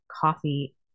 coffee